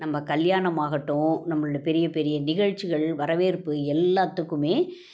நம்ம கல்யாணம் ஆகட்டும் நம்மளோட பெரிய பெரிய நிகழ்ச்சிகள் வரவேற்பு எல்லாத்துக்குமே